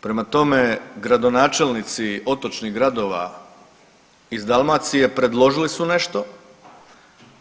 Prema tome, gradonačelnici otočnih gradova iz Dalmacije predložili su nešto,